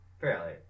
Fairly